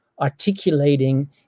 articulating